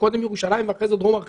שקודם ירושלים ואחרי זה דרום הר חברון,